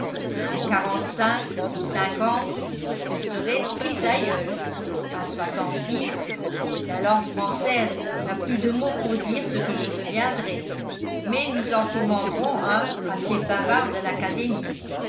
à quarante-cinq ou cinquante je serai trisaïeul à soixante-dix la langue française n'a plus de mots pour dire ce que je deviendrai mais nous en commanderons un à ces bavards de l'académie